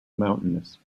mountainous